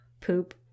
poop